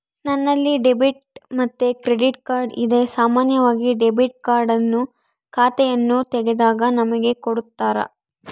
ನನ್ನಲ್ಲಿ ಡೆಬಿಟ್ ಮತ್ತೆ credit card ಇದೆ, ಸಾಮಾನ್ಯವಾಗಿ ಡೆಬಿಟ್ ಕಾರ್ಡ್ ಅನ್ನು ಖಾತೆಯನ್ನು ತೆಗೆದಾಗ ನಮಗೆ ಕೊಡುತ್ತಾರ